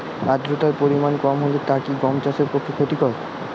আর্দতার পরিমাণ কম হলে তা কি গম চাষের পক্ষে ক্ষতিকর?